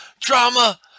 Drama